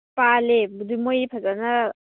ꯄꯥꯜꯂꯦ ꯃꯣꯏꯗꯤ ꯐꯖꯅ